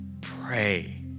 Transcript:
Pray